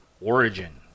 origin